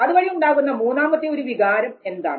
അതുവഴി ഉണ്ടാകുന്ന മൂന്നാമത്തെ ഒരു വികാരം എന്താണ്